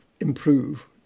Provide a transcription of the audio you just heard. improve